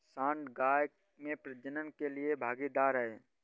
सांड गाय में प्रजनन के लिए भागीदार है